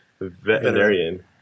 veterinarian